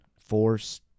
force